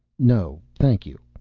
no, thank you,